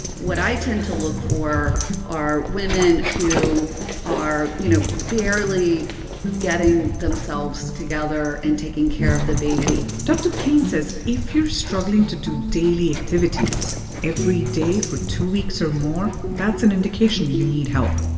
what i tend to look for are women who are, you know, barely getting themselves together and taking care of the baby dr. payne says if you're struggling to do daily activities every day for two weeks or more, that's an indication you need help.